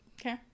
okay